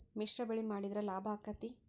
ಮಿಶ್ರ ಬೆಳಿ ಮಾಡಿದ್ರ ಲಾಭ ಆಕ್ಕೆತಿ?